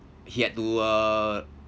he had to uh